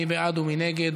מי בעד ומי נגד?